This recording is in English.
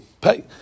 pay